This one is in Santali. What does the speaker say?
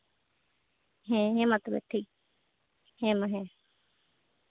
ᱦᱮᱸ ᱢᱟ ᱛᱚᱵᱮ ᱴᱷᱤᱠ ᱦᱮᱸ ᱢᱟ